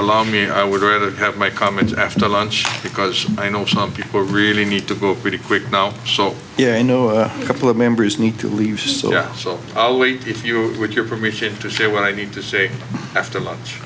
allow me i would rather have my comments after lunch because i know some people really need to go pretty quick now so yeah i know a couple of members need to leave so yeah so i'll wait if you would your permission to say what i need to say after much